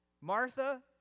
Martha